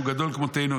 שהוא גדול כמותנו,